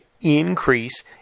increase